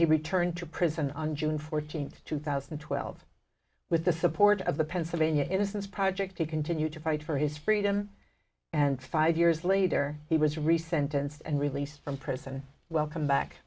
he returned to prison on june fourteenth two thousand and twelve with the support of the pennsylvania innocence project to continue to fight for his freedom and five years later he was recent events and released from prison welcome back